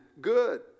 good